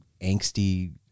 angsty